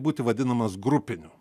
būti vadinamas grupiniu